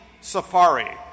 Safari